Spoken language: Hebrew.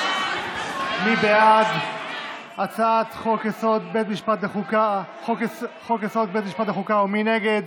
מי בעד הצעת חוק-יסוד: בית משפט לחוקה, ומי נגד?